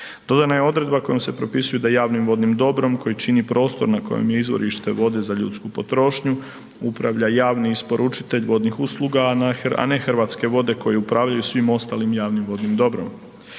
Dodana je odredba kojom se propisuje da javnim vodnim dobrom koji čini prostor na kojem je izvorište vode za ljudsku potrošnju, upravlja javni isporučitelj vodnih usluga, a ne Hrvatske vode koji upravljaju svim ostalim javnim vodnim dobrom.